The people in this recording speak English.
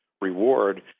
reward